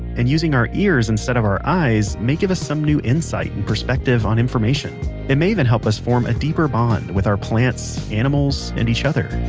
and using our ears instead of our eyes may give us some new insight and perspective on information it may even help us form deeper bonds with our plants, animals and each other